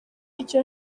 icyo